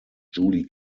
julie